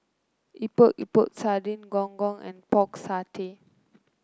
Epok Epok Sardin Gong Gong and Pork Satay